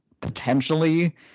potentially